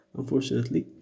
unfortunately